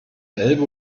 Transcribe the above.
elbe